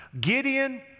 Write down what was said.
Gideon